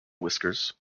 whiskers